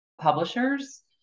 publishers